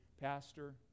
Pastor